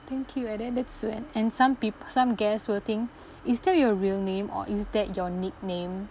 thank you and then that's when and some peop~ some guests will think is that your real name or is that your nickname